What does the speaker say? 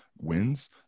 wins